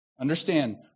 Understand